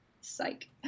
psych